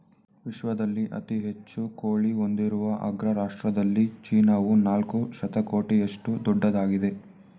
ವಿಶ್ವದಲ್ಲಿ ಅತಿ ಹೆಚ್ಚು ಕೋಳಿ ಹೊಂದಿರುವ ಅಗ್ರ ರಾಷ್ಟ್ರದಲ್ಲಿ ಚೀನಾವು ನಾಲ್ಕು ಶತಕೋಟಿಯಷ್ಟು ದೊಡ್ಡದಾಗಿದೆ